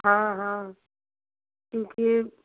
हाँ हाँ क्योंकि